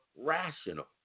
rational